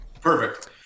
Perfect